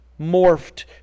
morphed